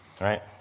right